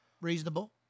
Reasonable